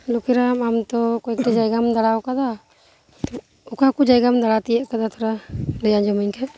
ᱞᱩᱠᱠᱷᱤᱨᱟᱢ ᱟᱢ ᱛᱚ ᱠᱚᱭᱮᱠ ᱴᱤ ᱡᱟᱭᱜᱟᱢ ᱫᱟᱲᱟ ᱟᱠᱟᱫᱟ ᱚᱠᱟ ᱠᱚ ᱡᱟᱭᱜᱟᱢ ᱫᱟᱲᱟ ᱛᱤᱭᱳᱜ ᱟᱠᱟᱫᱟ ᱛᱷᱚᱲᱟ ᱞᱟᱹᱭ ᱟᱸᱡᱚᱢᱟᱹᱧ ᱠᱷᱟᱱ